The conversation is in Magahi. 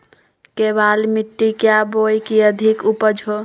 केबाल मिट्टी क्या बोए की अधिक उपज हो?